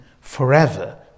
forever